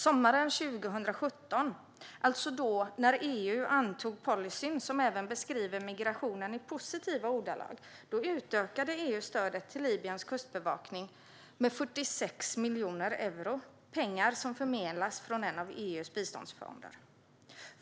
Sommaren 2017, alltså när EU antog den policy som även beskriver migrationen i positiva ordalag, utökade EU stödet till Libyens kustbevakning med 46 miljoner euro - pengar som förmedlas från en av EU:s biståndsfonder.